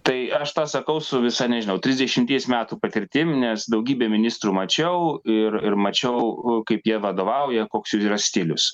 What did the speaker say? tai aš tą sakau su visa nežinau trisdešimties metų patirtim nes daugybę ministrų mačiau ir ir mačiau kaip jie vadovauja koks jų yra stilius